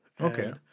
Okay